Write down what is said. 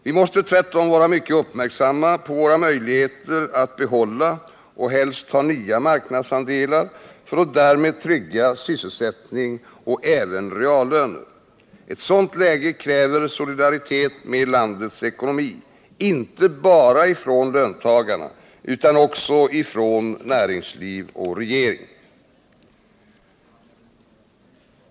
Vi måste tvärtom vara mycket uppmärksamma på våra möjligheter att behålla och helst ta nya marknadsandelar för att därmed trygga sysselsättning och även reallöner. Ett sådant läge kräver solidaritet med landets ekonomi, inte bara från löntagarna, utan också från näringsliv och regering.